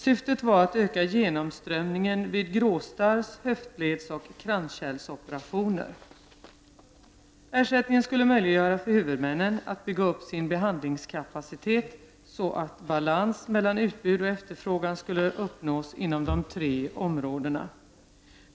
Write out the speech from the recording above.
Syftet var att öka genomströmningen vid gråstarr-, höftledsoch kranskärlsoperationer. Ersättningen skulle möjliggöra för huvudmännen att bygga upp sin behandlingskapacitet så, att balans mellan utbud och efterfrågan skulle uppnås inom de tre områdena.